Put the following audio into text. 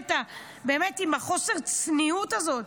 באמת עם חוסר הצניעות הזה,